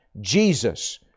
Jesus